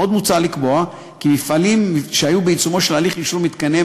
עוד מוצע לקבוע כי מפעלים שהיו בעיצומו של הליך אישור מתקניהם